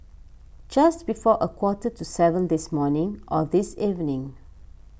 just before a quarter to seven this morning or this evening